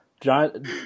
John